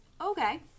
Okay